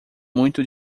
muito